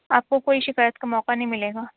آپ کو کوئی شکایت کا موقع نہیں ملے گا